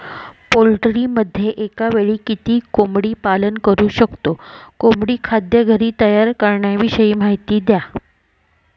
पोल्ट्रीमध्ये एकावेळी किती कोंबडी पालन करु शकतो? कोंबडी खाद्य घरी तयार करण्याविषयी माहिती द्या